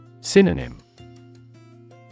Synonym